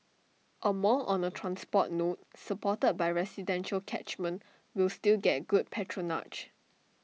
A mall on A transport node supported by residential catchment will still get good patronage